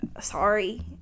sorry